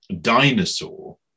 dinosaur